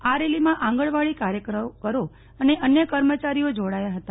આ રેલીમાં આંગણવાડી કાર્યકરો અને અન્ય કર્મચારીઓ જોડાયા હતા